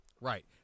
Right